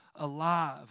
alive